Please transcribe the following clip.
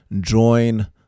join